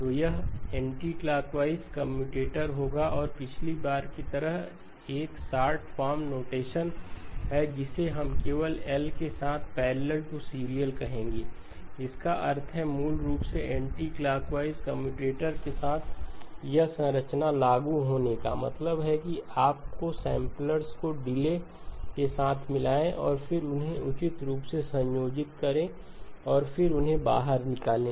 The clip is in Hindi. तो यह एंटी क्लॉकवाइज कम्यूटेटर होगा और पिछली बार की तरह एक शॉर्ट फॉर्म नोटेशन है जिसे हम केवल L के साथ पैरेलल टू सीरियल कहेंगे जिसका अर्थ है मूल रूप से एंटी क्लॉकवाइज कम्यूटेटर के साथ यह संरचना लागू होने का मतलब है कि आपको सैंपलर्स को डिले के साथ मिलाएं और फिर उन्हें उचित रूप से संयोजित करें और उन्हें बाहर निकालें